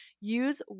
use